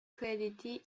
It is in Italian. crediti